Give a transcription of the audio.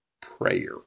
prayer